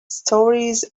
stories